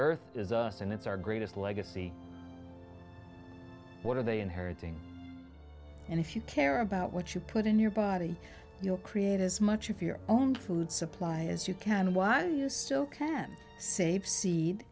earth is us and it's our greatest legacy what are they inheriting and if you care about what you put in your body you know create as much of your own food supply as you can while you still can save se